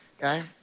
okay